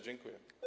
Dziękuję.